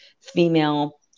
female